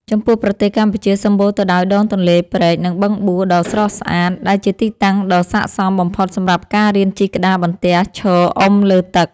ចំពោះប្រទេសកម្ពុជាសម្បូរទៅដោយដងទន្លេ ព្រែក និងបឹងបួដ៏ស្រស់ស្អាត ដែលជាទីតាំងដ៏ស័ក្តិសមបំផុតសម្រាប់ការរៀនជិះក្តារបន្ទះឈរអុំលើទឹក។